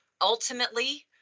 Ultimately